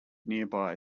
nearby